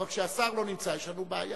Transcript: אבל כשהשר לא נמצא, יש לנו בעיה.